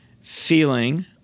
feeling